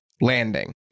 landing